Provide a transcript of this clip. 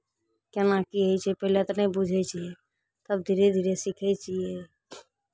केना की होइ छै पहिले तऽ नहि बूझै छियै तब धीरे धीरे सीखै छियै